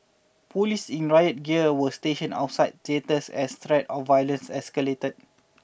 police in riot gear were stationed outside theatres as threats of violence escalated